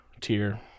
tier